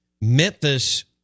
Memphis